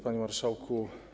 Panie Marszałku!